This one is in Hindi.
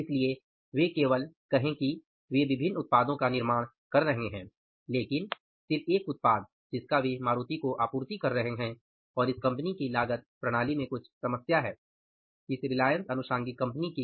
इसलिए वे केवल कहें कि वे विभिन्न उत्पादों का निर्माण कर रहे हैं लेकिन सिर्फ एक उत्पाद जिसका वे मारुति को आपूर्ति कर रहे हैं और इस कंपनी की लागत प्रणाली में कुछ समस्या है इस रिलायंस आनुषंगीक की